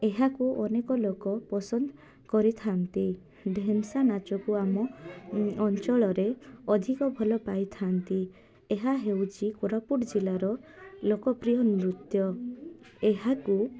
ଏହାକୁ ଅନେକ ଲୋକ ପସନ୍ଦ କରିଥାନ୍ତି ଢେନସା ନାଚକୁ ଆମ ଅଞ୍ଚଳରେ ଅଧିକ ଭଲ ପାଇଥାନ୍ତି ଏହା ହେଉଛି କୋରାପୁଟ ଜିଲ୍ଲାର ଲୋକପ୍ରିୟ ନୃତ୍ୟ ଏହାକୁ